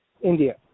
India